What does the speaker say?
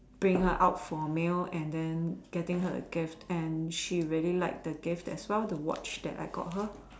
bring her out for a meal and then getting her a gift and she really liked the gift as well the watch that I bought her